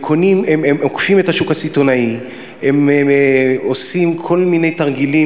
הן לוקחות את השוק הסיטונאי ועושות כל מיני תרגילים